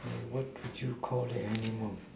and what would you Call the animal